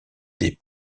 des